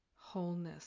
wholeness